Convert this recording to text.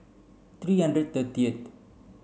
three hundred thirtieth